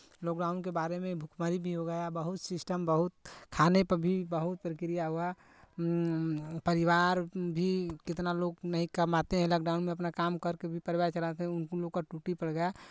lockdown के बारे में भुखमरी भी हो गया बहुत सिस्टम बहुत खाने पे भी बहुत प्रक्रिया हुआ परिवार भी कितना लोग नहीं कमाते हैं लॉकडाउन में अपना काम करके भी परिवार चलाते हैं उन उन लोग का टूटी पड़ गया